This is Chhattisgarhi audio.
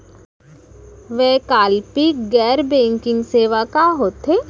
वैकल्पिक गैर बैंकिंग सेवा का होथे?